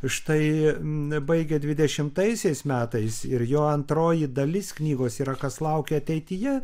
štai baigia dvidešimtaisiais metais ir jo antroji dalis knygos yra kas laukia ateityje